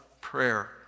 prayer